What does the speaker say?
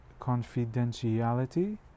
confidentiality